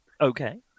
Okay